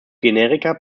generika